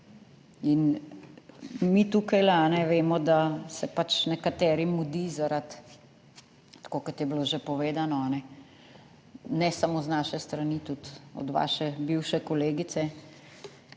Mi tukaj vemo, da se pač nekaterim mudi zaradi, tako kot je bilo že povedano, ne samo z naše strani, tudi od vaše bivše kolegice,